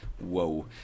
Whoa